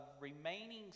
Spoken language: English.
remaining